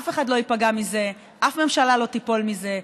אף אחד לא ייפגע מזה, אף ממשלה לא תיפול מזה.